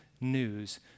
news